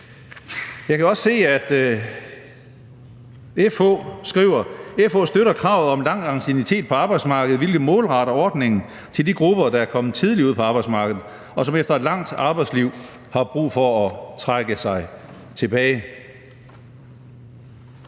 Jeg kan også se, at FH skriver: FH støtter kravet om lang anciennitet på arbejdsmarkedet, hvilket målretter ordningen til de grupper, der er kommet tidligt ud på arbejdsmarkedet, og som efter et langt arbejdsliv har brug for at trække sig tilbage.